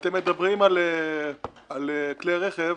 אתם מדברים על כלי רכב.